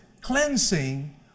cleansing